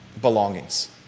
belongings